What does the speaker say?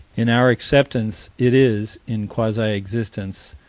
in our acceptance, it is, in quasi-existence,